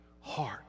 heart